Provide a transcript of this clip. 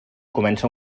comença